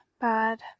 bad